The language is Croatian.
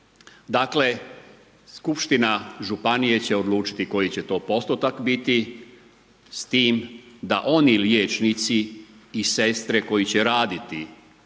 Dakle skupština županije će odlučiti koji će to postotak biti s time da oni liječnici i sestre koji će raditi